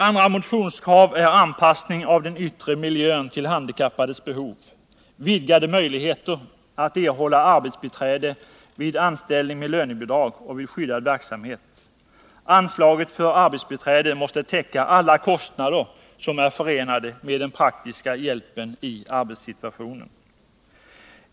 Andra motionskrav är anpassning av den yttre miljön till handikappades behov, vidgade möjligheter att erhålla arbetsbiträde vid anställning med lönebidrag och vid skyddad verksamhet. Anslaget för arbetsbiträde måste täcka alla kostnader som är förenade med den praktiska hjälpen i arbetssituationen.